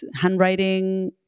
handwriting